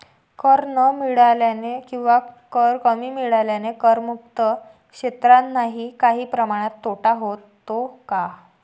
कर न मिळाल्याने किंवा कर कमी मिळाल्याने करमुक्त क्षेत्रांनाही काही प्रमाणात तोटा होतो का?